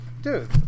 dude